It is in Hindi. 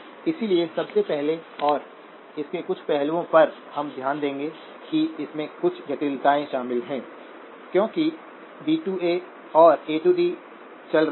इसलिए सबसे पहले और इसके कुछ पहलुओं पर हम ध्यान देंगे कि इसमें कुछ जटिलताएं शामिल हैं क्योंकि डी ए DAऔर ए डी AD चल रहे हैं